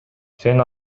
сен